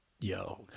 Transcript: Yo